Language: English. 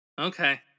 Okay